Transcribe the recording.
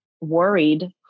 worried